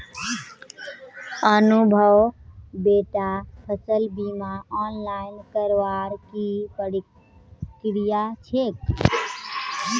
अनुभव बेटा फसल बीमा ऑनलाइन करवार की प्रक्रिया छेक